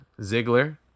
Ziggler